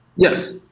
yes,